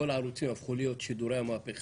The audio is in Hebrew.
כל הערוצים ברדיו הפכו להיות שידורי המהפכה.